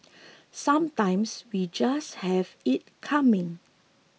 sometimes we just have it coming